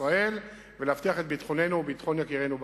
ישראל ולהבטיח את ביטחוננו ואת ביטחון יקירינו בכבישים.